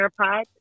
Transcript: AirPods